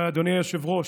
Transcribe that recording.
אדוני היושב-ראש,